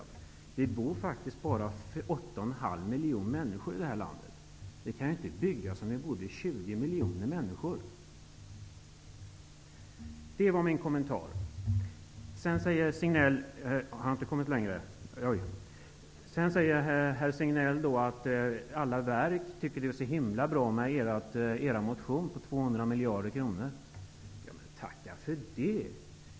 Vi bor faktiskt bara 8,5 miljoner människor i det här landet. Vi kan inte bygga som om vi vore 20 miljoner människor. Det var min kommentar. Sedan säger Sven-Gösta Signell att alla verk tycker det är så bra med Socialdemokraternas motion om 200 miljarder. Men tacka för det!